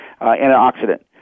antioxidant